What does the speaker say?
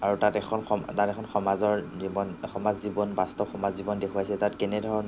আৰু তাত এখন সম তাত এখন সমাজৰ জীৱন সমাজ জীৱন বাস্তৱ সমাজ জীৱন দেখুৱাইছে তাত কেনেধৰণৰ